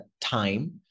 time